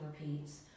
repeats